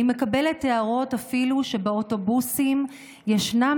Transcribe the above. אני מקבלת הערות אפילו שבאוטובוסים ישנם